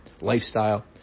lifestyle